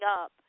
up